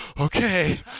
Okay